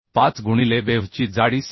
5 गुणिले वेव्ह ची जाडी 7